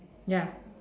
ya